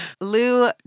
Lou